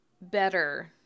better